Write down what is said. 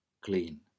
clean